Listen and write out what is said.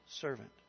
servant